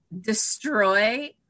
destroy